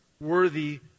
worthy